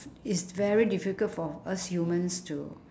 it's very difficult for us humans to